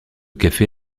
café